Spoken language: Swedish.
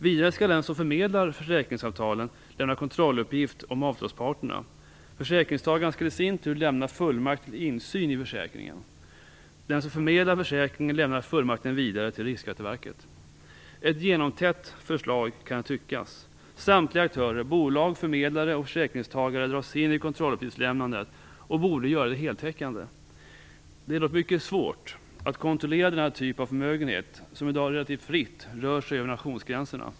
Vidare skall den som förmedlar försäkringsavtalen lämna kontrolluppgift om avtalsparterna. Försäkringstagaren skall i sin tur lämna fullmakt till insyn i försäkringen. Den som förmedlar försäkringen lämnar fullmakten vidare till Riksskatteverket. Det är ett genomtätt förslag, kan det tyckas. Samtliga aktörer - bolag, förmedlare och försäkringstagare - dras in i kontrolluppgiftslämnandet och borde göra det heltäckande. Det är dock mycket svårt att kontrollera denna typ av förmögenhet, som i dag relativt fritt rör sig över nationsgränserna.